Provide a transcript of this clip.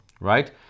Right